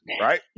right